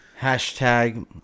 Hashtag